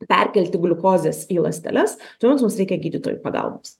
perkelti gliukozės į ląsteles todėl mums reikia gydytojų pagalbos